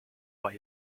why